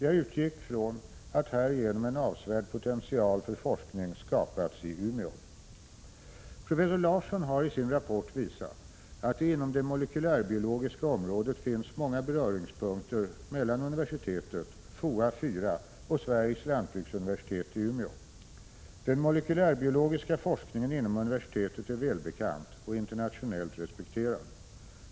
Jag utgick från att härigenom en avsevärd potential för forskning skapats i Umeå. Professor Larsson har i sin rapport visat att det inom det molekylärbiologiska området finns många beröringspunkter mellan universitetet, FOA 4 och Sveriges lantbruksuniversitet i Umeå. Den molekylärbiologiska forskningen inom universitetet är välbekant och internationellt respekterad.